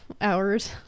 hours